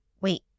wait